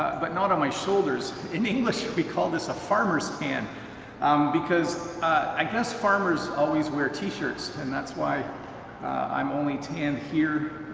but not on my shoulders. in english, we call this a farmers tan um because i guess farmers always wear t-shirts, and that's why i'm only tan here,